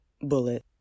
bullet